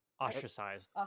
ostracized